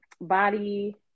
body